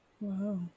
Wow